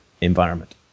environment